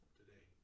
today